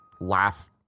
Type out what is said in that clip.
laugh